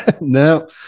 No